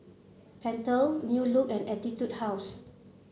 Pentel New Look and Etude House